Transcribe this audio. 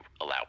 allow